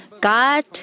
God